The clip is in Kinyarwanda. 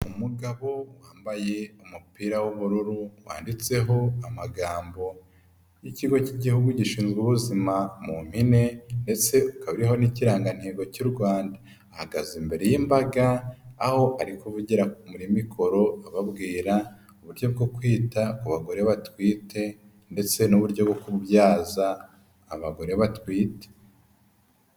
Umugabo wambaye umupira w'ubururu wanditseho amagambo y'ikigo cy'igihugu gishinzwe ubuzima mu mpine ndeste hariho n'ikirangantego cy'u Rwanda, ahagaze imbere y'imbaga, aho arikogira muri mikoro ababwira uburyo bwo kwita abagore batwite ndetse n'uburyo bwo kubyaza abagore batwite.